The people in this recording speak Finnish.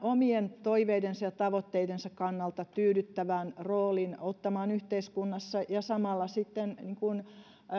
omien toiveidensa ja tavoitteidensa kannalta tyydyttävän roolin ottamaan yhteiskunnassa ja samalla